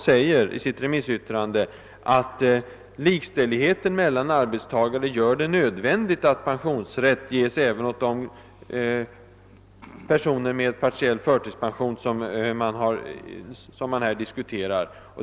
Man säger att »likställigheten mellan arbetstagarna gör det nödvändigt att pensionsrätt ges även åt de tre grupper av personer med partiell förtidspension som ovan angivits.